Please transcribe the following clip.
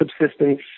subsistence